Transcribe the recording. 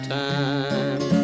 time